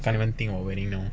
can't even think of wedding now